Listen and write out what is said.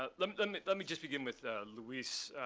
ah let let me just begin with luis.